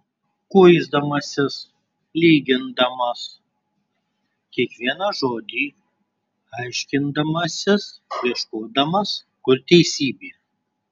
kuisdamasis lygindamas kiekvieną žodį aiškindamasis ieškodamas kur teisybė